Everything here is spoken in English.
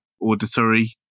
auditory